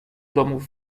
domów